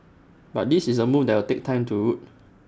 but this is A move that will take time to root